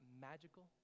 magical